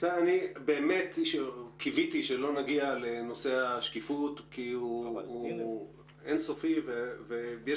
באמת קיוויתי שלא נגיע לנושא השקיפות כי הוא אינסופי ויש